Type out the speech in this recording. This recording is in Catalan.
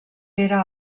era